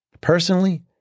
Personally